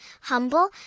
humble